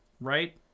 Right